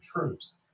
troops